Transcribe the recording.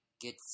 get